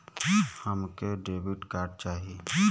हमके debit card चाही?